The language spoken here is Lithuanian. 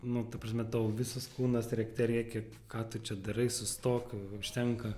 nu ta prasme tavo visas kūnas rėkte rėkia ką tu čia darai sustok užtenka